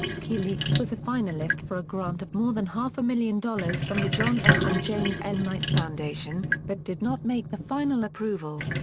wikileaks was a finalist for a grant of more than half a million dollars from the john s. and james l. knight foundation, but did not make the final approval.